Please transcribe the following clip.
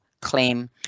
claim